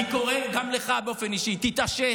אני קורא גם לך באופן אישי: תתעשת.